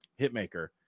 hitmaker